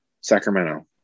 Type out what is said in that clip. Sacramento